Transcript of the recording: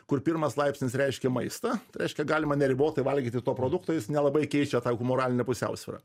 kur pirmas laipsnis reiškė maistą tai reiškia galima neribotai valgyti to produkto jis nelabai keičia tą humoralinę pusiausvyrą